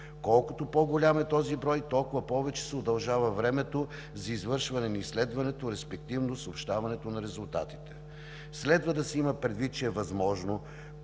Колкото по голям е този брой, толкова повече се удължава времето за извършване на изследването, респективно съобщаването на резултатите. Следва да се има предвид, че е възможно